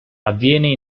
avviene